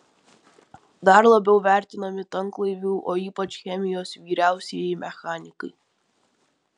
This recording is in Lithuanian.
dar labiau vertinami tanklaivių o ypač chemijos vyriausieji mechanikai